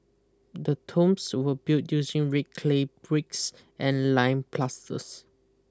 the tombs were built using red clay bricks and lime plasters